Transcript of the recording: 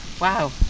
wow